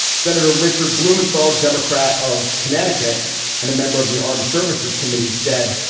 senator richard blumenthal, democrat of connecticut and a member of the armed services committee, said,